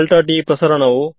free space so ನನಗೆ ತಿಳಿದಿದೆ